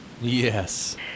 Yes